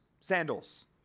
sandals